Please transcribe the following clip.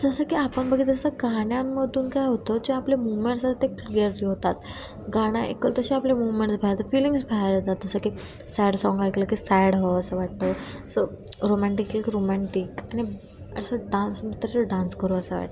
जसं की आपण बघत तसं गाण्यांमधून काय होतं जे आपले मुवमेंट्स आहेत ते क्लिअरली होतात गाणं ऐकलं तसे आपले मुवमेंट्स बाहेर जा फिलिंग्स बाहेर येत जात जसं की सॅड साँग ऐकलं की सॅड व्हावंसं वाटतं सं रोमॅन्टिकिक रोमॅन्टीक आणि असं डान्स डान्स करू असं वाटतं